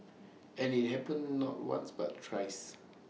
and IT happened not once but thrice